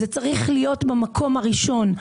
זה צריך להיות במקום הראשון.